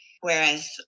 Whereas